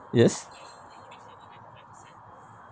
yes